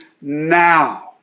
now